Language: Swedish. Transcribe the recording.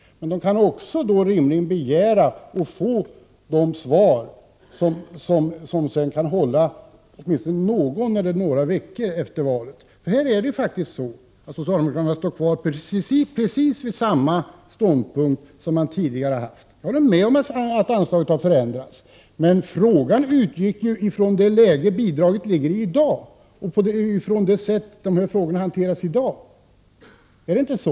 De kan också ha rätt att begära att få svar som sedan kan hålla i åtminstone någon vecka eller några veckor efter valet. Men socialdemokraterna står kvar vid precis samma ståndpunkt som tidigare. 79 Jag håller med om att anslagets användning har förändrats, men frågan utgick ifrån det sätt på vilket ärendet hanteras i dag. Är det inte så?